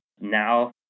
now